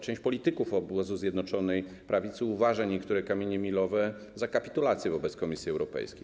Część polityków obozu Zjednoczonej Prawicy uważa niektóre kamienie milowe za kapitulację wobec Komisji Europejskiej.